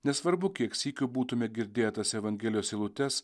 nesvarbu kiek sykių būtume girdėję tas evangelijos eilutes